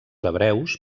hebreus